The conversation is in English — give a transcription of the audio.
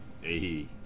Hey